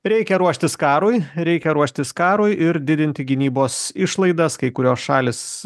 reikia ruoštis karui reikia ruoštis karui ir didinti gynybos išlaidas kai kurios šalys